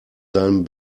seinem